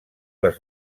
les